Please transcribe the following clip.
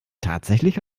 tatsächlich